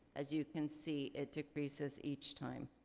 as you can see, it decreases each time.